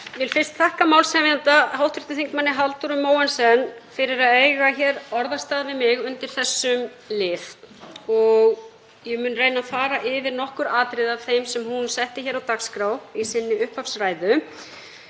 vil fyrst þakka málshefjanda, hv. þm. Halldóru Mogensen, fyrir að eiga hér orðastað við mig undir þessum lið og ég mun reyna að fara yfir nokkur atriði af þeim sem hún setti á dagskrá í sinni upphafsræðu.